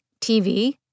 TV